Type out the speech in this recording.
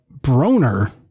Broner